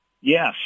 Yes